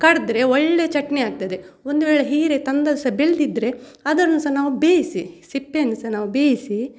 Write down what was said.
ಕಡೆದ್ರೆ ಒಳ್ಳೆ ಚಟ್ನಿ ಆಗ್ತದೆ ಒಂದು ವೇಳೆ ಹೀರೆ ತಂದದ್ದು ಸಹ ಬೆಳೆದಿದ್ರೆ ಅದನ್ನು ಸಹ ನಾವು ಬೇಯಿಸಿ ಸಿಪ್ಪೆಯನ್ನು ಸಹ ನಾವು ಬೇಯಿಸಿ